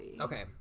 Okay